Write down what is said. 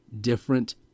different